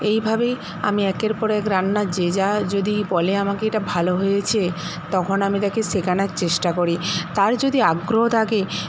এইভাবেই আমি একের পর এক রান্না যে যা যদি বলে আমাকে এটা ভালো হয়েছে তখন আমি তাকে শেখানোর চেষ্টা করি তার যদি আগ্রহ থাকে